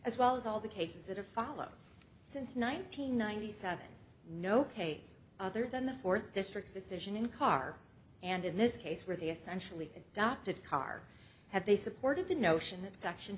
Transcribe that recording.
as well as all the cases that have followed since nine hundred ninety seven no case other than the fourth district's decision in car and in this case where they essentially adopted car had they supported the notion that section